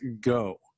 Go